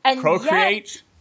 Procreate